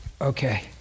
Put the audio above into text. Okay